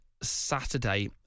Saturday